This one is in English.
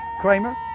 Kramer